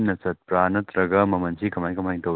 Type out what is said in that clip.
ꯑꯥ ꯂꯨꯍꯣꯡꯕꯒꯤ ꯑꯥ ꯑꯥ